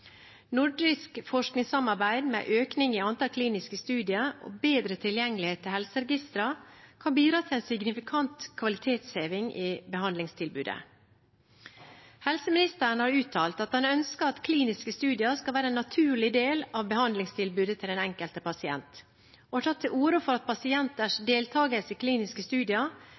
Nordisk forskningssamarbeid med økning i antall kliniske studier og bedre tilgjengelighet til helseregistre kan bidra til signifikant kvalitetsheving i behandlingstilbudet. Helseministeren har uttalt at han ønsker at kliniske studier skal være en naturlig del av behandlingstilbudet til den enkelte pasient, og har tatt til orde for at pasienters deltakelse i kliniske studier